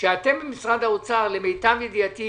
שאתם ממשרד האוצר למיטב ידיעתי,